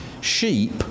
Sheep